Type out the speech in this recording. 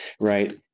Right